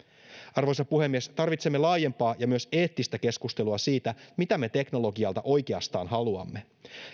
arvoisa puhemies tarvitsemme laajempaa ja myös eettistä keskustelua siitä mitä me teknologialta oikeastaan haluamme